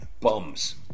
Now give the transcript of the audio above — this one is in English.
Bums